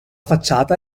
facciata